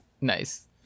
nice